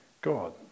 God